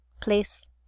place